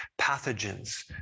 pathogens